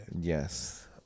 Yes